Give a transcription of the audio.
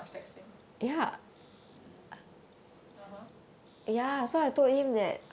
too much texting mm (uh huh)